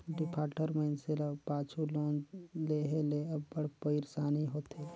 defaulter मइनसे ल पाछू लोन लेहे ले अब्बड़ पइरसानी होथे